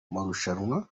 marushanwa